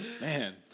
Man